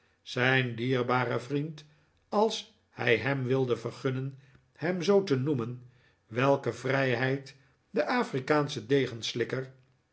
zijn dierbaren vriend als hij hem wilde vergunnen hem zoo te noemen welke vrijheid de afrikaansche